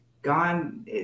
gone